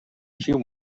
she